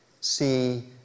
see